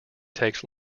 takes